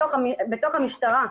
בתוך המשטרה,